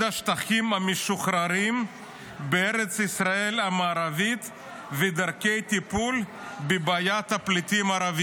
"המשוחררים בארץ ישראל המערבית ודרכי הטיפול בבעיית הפליטים הערבים".